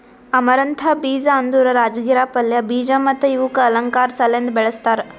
amaranth ಬೀಜ ಅಂದುರ್ ರಾಜಗಿರಾ ಪಲ್ಯ, ಬೀಜ ಮತ್ತ ಇವುಕ್ ಅಲಂಕಾರ್ ಸಲೆಂದ್ ಬೆಳಸ್ತಾರ್